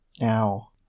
now